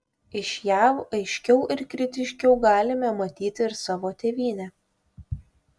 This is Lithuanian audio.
iš jav aiškiau ir kritiškiau galime matyti ir savo tėvynę